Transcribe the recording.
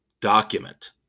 Document